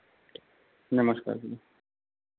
नमस्कार